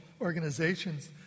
organizations